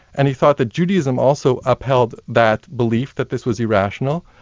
and he thought that judaism also upheld that belief, that this was irrational,